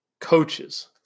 coaches